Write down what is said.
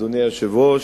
אדוני היושב-ראש,